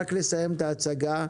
רק תסיימי את ההצגה.